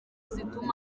zituma